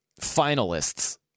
finalists